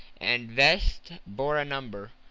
and vest bore a number,